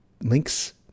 links